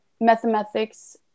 Mathematics